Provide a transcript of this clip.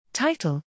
Title